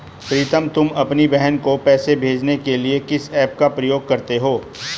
प्रीतम तुम अपनी बहन को पैसे भेजने के लिए किस ऐप का प्रयोग करते हो?